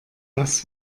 das